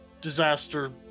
disaster